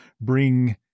bring